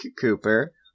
Cooper